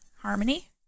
Harmony